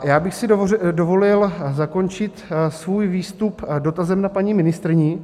Já bych si dovolil zakončit svůj výstup dotazem na paní ministryni.